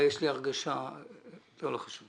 אני חושב